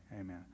amen